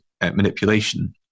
manipulation